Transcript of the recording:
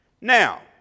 Now